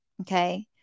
okay